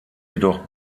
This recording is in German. jedoch